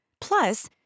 Plus